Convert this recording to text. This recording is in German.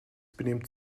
benimmt